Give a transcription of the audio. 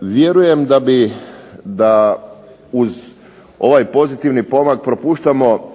Vjerujem da uz ovaj pozitivni pomak propuštamo